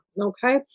okay